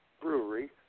Brewery